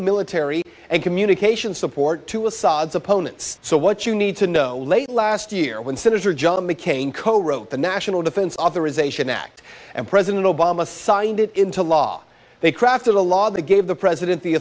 military and communication support to assad's opponents so what you need to know late last year when senator john mccain co wrote the national defense authorization act and president obama signed it into law they crafted a law that gave the president the